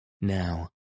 now